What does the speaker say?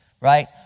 right